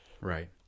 Right